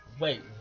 wait